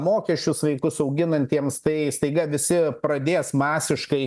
mokesčius vaikus auginantiems tai staiga visi pradės masiškai